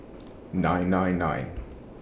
nine nine nine